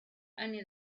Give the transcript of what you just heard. only